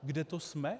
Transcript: Kde to jsme?